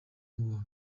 ngo